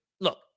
Look